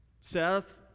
Seth